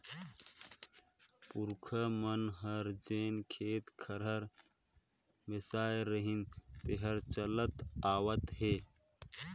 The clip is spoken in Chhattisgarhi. पूरखा मन हर जेन खेत खार बेसाय रिहिन तेहर चलत आवत हे